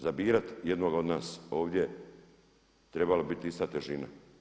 Za birati jednoga od nas ovdje trebala bi biti ista težina.